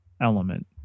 element